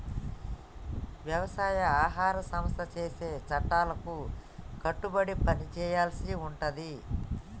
వ్యవసాయ ఆహార సంస్థ చేసే చట్టాలకు కట్టుబడి పని చేయాల్సి ఉంటది